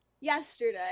yesterday